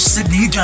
Sydney